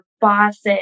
bosses